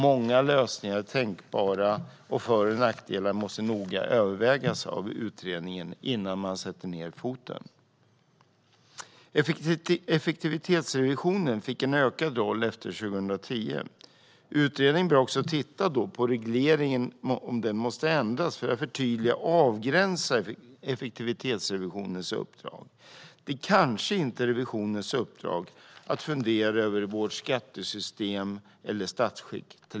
Många lösningar är tänkbara, och utredningen måste noga överväga för och nackdelar innan den sätter ned foten. Effektivitetsrevisionen fick en ökad roll efter 2010. Utredningen bör titta på om regleringen måste ändras för att förtydliga och avgränsa effektivitetsrevisionens uppdrag. Det kanske inte är revisionens uppdrag att fundera över exempelvis vårt skattesystem eller statsskick.